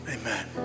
Amen